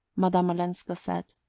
madame olenska said,